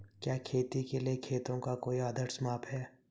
क्या खेती के लिए खेतों का कोई आदर्श माप है?